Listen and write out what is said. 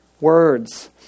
words